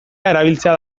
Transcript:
erabiltzea